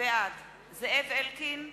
בעד זאב אלקין,